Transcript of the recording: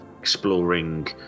exploring